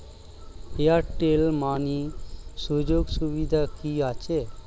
Airtel money সুযোগ সুবিধা কি আছে?